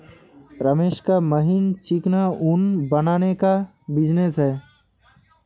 रमेश का महीन चिकना ऊन बनाने का बिजनेस है